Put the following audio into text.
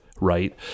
right